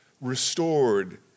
restored